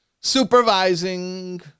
supervising